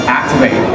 activate